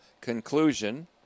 conclusion